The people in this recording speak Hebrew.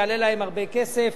יעלה להם הרבה כסף.